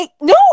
No